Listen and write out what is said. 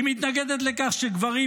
היא מתנגדת לכך שגברים,